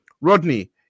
Rodney